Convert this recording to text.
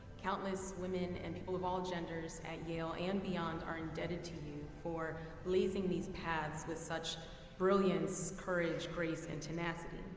countless women and people of all genders at yale and beyond are indebted to you for blazing these paths with such brilliance, courage, grace, and tenacity.